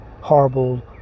horrible